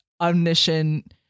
omniscient